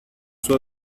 صبح